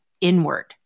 inward